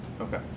Okay